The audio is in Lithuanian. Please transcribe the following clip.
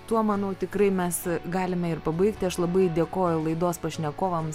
tuo manau tikrai mes galime ir pabaigti aš labai dėkoju laidos pašnekovams